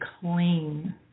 clean